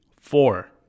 four